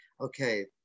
okay